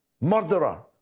murderer